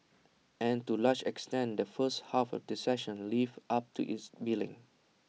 and to A large extent the first half of the session lived up to its billing